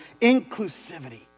inclusivity